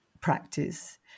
practice